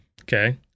Okay